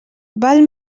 val